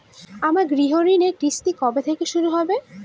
আমার গৃহঋণের কিস্তি কবে থেকে শুরু হবে?